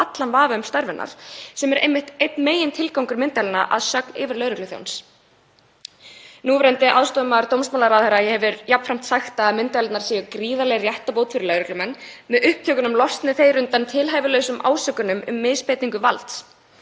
allan vafa um starf hennar, sem er einmitt einn megintilgangur myndavélanna að sögn yfirlögregluþjóns. Núverandi aðstoðarmaður dómsmálaráðherra hefur jafnframt sagt að myndavélarnar séu gríðarleg réttarbót fyrir lögreglumenn því að með upptökunum losni þeir undan tilhæfulausum ásökunum um misbeitingu valds.